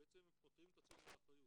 ובעצם הם פוטרים את עצמם מאחריות?